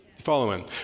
Following